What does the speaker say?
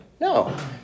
No